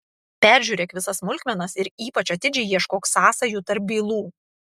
peržiūrėk visas smulkmenas ir ypač atidžiai ieškok sąsajų tarp bylų